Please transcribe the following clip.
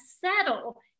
settle